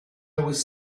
was